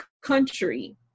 country